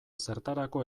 zertarako